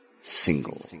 Single